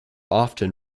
often